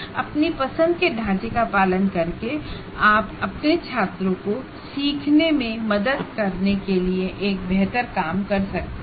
अपनी पसंद के फ्रेमवर्क का पालन करके आप अपने छात्रों को सीखने में मदद करने के लिए एक बेहतर काम कर सकते हैं